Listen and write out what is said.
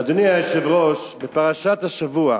אדוני היושב-ראש, בפרשת השבוע: